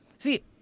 See